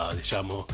diciamo